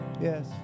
yes